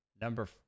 Number